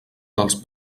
dels